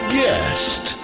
guest